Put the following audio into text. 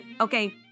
Okay